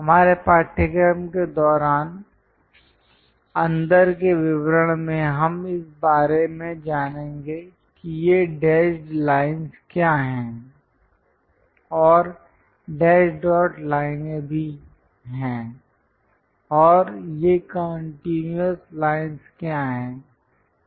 हमारे पाठ्यक्रम के दौरान अंदर के विवरण हैं हम इस बारे में जानेंगे कि ये डेशड् लाइन क्या हैं और डैश डॉट लाइनें भी हैं और ये कंटीन्यूअस लाइंस क्या हैं